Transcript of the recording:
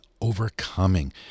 overcoming